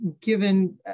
given